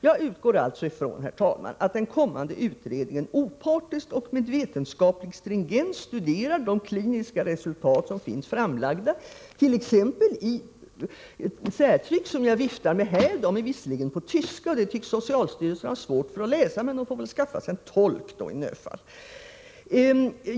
Jag utgår alltså ifrån, herr talman, att den kommande utredningen opartiskt och med vetenskaplig stringens studerar de kliniska resultat som finns framlagda, t.ex. i ett särtryck som jag viftar med här. Det är visserligen på tyska och det tycks socialstyrelsen ha svårt för att läsa, men socialstyrelsen får väl skaffa sig tolk i nödfall.